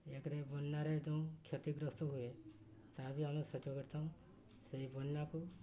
ଏକ୍ରେ ବନ୍ୟାରେ ଯେଉଁ କ୍ଷତିଗ୍ରସ୍ତ ହୁଏ ତାହା ବି ଆମେ କରିଥାଉ ସେଇ ବନ୍ୟାକୁ